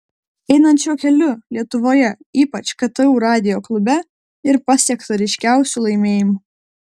einant šiuo keliu lietuvoje ypač ktu radijo klube ir pasiekta ryškiausių laimėjimų